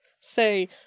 say